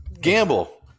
gamble